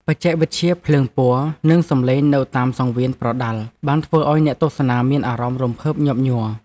បច្ចេកវិទ្យាភ្លើងពណ៌និងសំឡេងនៅតាមសង្វៀនប្រដាល់បានធ្វើឱ្យអ្នកទស្សនាមានអារម្មណ៍រំភើបញាប់ញ័រ។